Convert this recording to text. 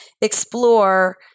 explore